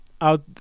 out